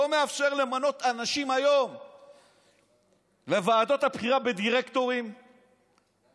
לא מאפשר היום למנות אנשים לוועדות הבחירה בדירקטורים לתאגידים,